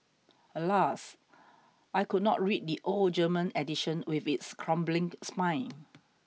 alas I could not read the old German edition with its crumbling spine